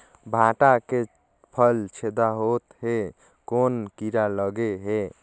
भांटा के फल छेदा होत हे कौन कीरा लगे हे?